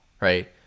right